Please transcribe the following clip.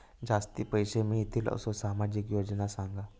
जास्ती पैशे मिळतील असो सामाजिक योजना सांगा?